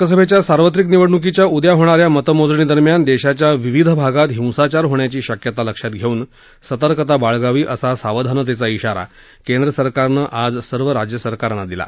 लोकसभेच्या सार्वत्रिक निवडणुकीच्या उद्या होणाऱ्या मतमोजणी दरम्यान देशाच्या विविध भागात हिंसाचार होण्याची शक्यता लक्षात घेऊन सतर्कता बाळगावी असा सावधानतेचा इशारा केंद्र सरकारनं आज सर्व राज्य सरकारांना दिला